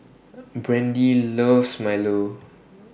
Brandie loves Milo